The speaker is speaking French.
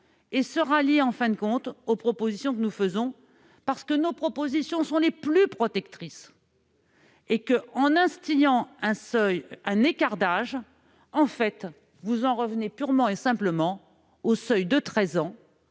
et se rallier en fin de compte aux propositions que nous faisons, parce qu'elles sont les plus protectrices. En instaurant un écart d'âge, vous en revenez purement et simplement au seuil de 13 ans